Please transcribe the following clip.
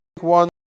one